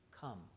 come